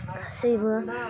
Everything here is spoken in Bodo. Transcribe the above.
गासिबो